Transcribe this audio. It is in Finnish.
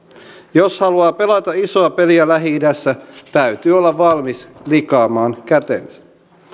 jos haluaa pelata isoa peliä lähi idässä täytyy olla valmis likaamaan kätensä